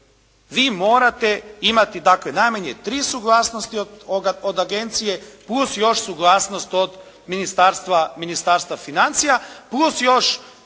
vi morate imati dakle najmanje tri suglasnosti od agencije plus još suglasnost od Ministarstva financija plus još